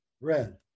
red